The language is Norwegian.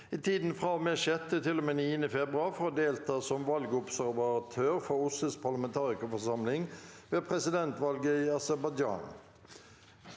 i tiden fra og med 6. til og med 9. februar for å delta som valgobservatør for OSSEs parlamentarikerforsamling ved presidentvalget i Aserbajdsjan